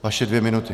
Vaše dvě minuty.